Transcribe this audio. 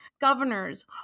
governors